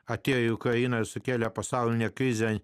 atėjo į ukrainą sukėlė pasaulinę krizę